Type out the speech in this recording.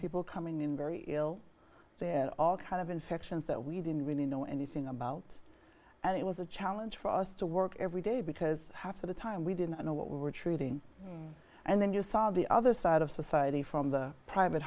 people coming in very ill and all kind of infections that we didn't really know anything about and it was a challenge for us to work every day because half of the time we didn't know what we were treating and then you saw the other side of society from the private